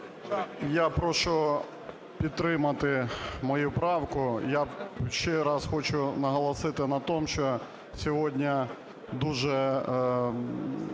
Я прошу підтримати мою правку. Я ще раз хочу наголосити на тому, що сьогодні дуже